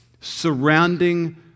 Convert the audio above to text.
surrounding